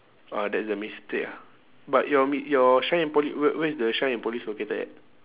ah that's the mistake ah but your m~ your shine and po~ wher~ where's the shine and polish located at